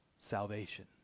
Salvation